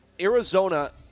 Arizona